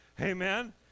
Amen